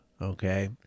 okay